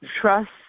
Trust